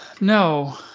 No